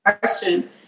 question